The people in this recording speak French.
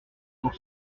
pour